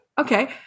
Okay